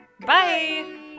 Bye